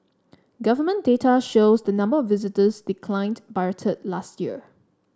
government data shows the number of visitors declined by a third last year